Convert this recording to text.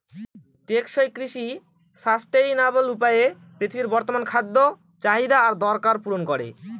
টেকসই কৃষি সাস্টেইনাবল উপায়ে পৃথিবীর বর্তমান খাদ্য চাহিদা আর দরকার পূরণ করে